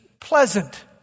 pleasant